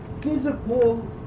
physical